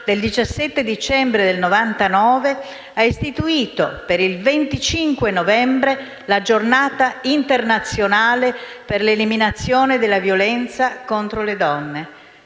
del 17 dicembre 1999, ha designato il 25 novembre la Giornata internazionale per l'eliminazione della violenza contro le donne.